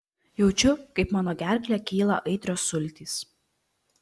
jaučiu kaip mano gerkle kyla aitrios sultys